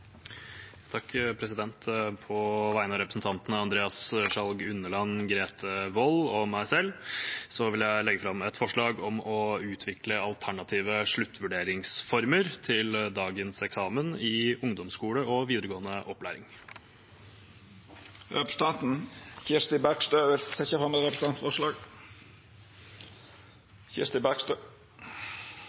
På vegne av representantene Andreas Sjalg Unneland, Grete Wold og meg selv vil jeg framsette et forslag om å utvikle alternative sluttvurderingsformer til dagens eksamen i ungdomsskole og videregående opplæring. Representanten Kirsti Bergstø vil setja fram eit representantforslag.